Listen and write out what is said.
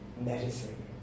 medicine